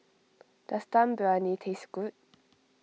does Dum Briyani taste good